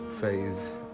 phase